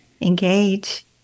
engage